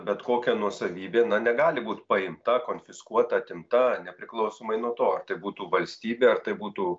bet kokia nuosavybė negali būt paimta konfiskuota atimta nepriklausomai nuo to ar tai būtų valstybė ar tai būtų